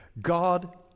God